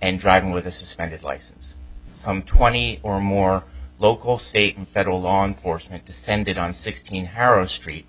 and driving with a suspended license some twenty or more local state and federal law enforcement descended on sixteen heroin street